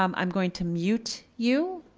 um i'm going to mute you.